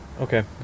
Okay